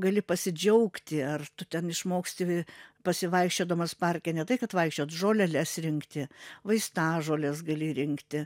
gali pasidžiaugti ar tu ten išmoksti pasivaikščiodamas parke ne tai kad vaikščiot žoleles rinkti vaistažoles gali rinkti